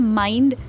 mind